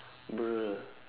bruh